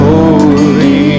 Holy